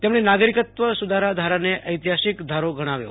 તેમણે નાગરિકત્વ સુધારા ધારાને ઐતિહાસિક ધારો ગણાવ્યો